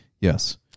Yes